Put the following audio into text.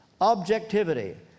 Objectivity